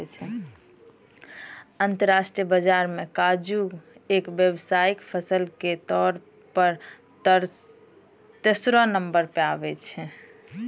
अंतरराष्ट्रीय बाजार मॅ काजू एक व्यावसायिक फसल के तौर पर तेसरो नंबर पर छै